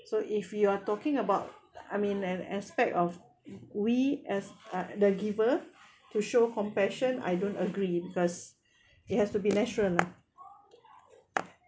so if you're talking about I mean an aspect of we as uh the giver to show compassion I don't agree because it has to be natural lah